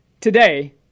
today